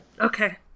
Okay